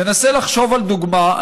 תנסה לחשוב על דוגמה,